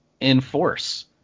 enforce